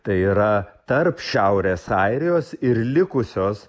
tai yra tarp šiaurės airijos ir likusios